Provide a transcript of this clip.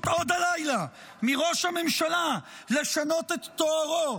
עוד הלילה מראש הממשלה לשנות את תוארו,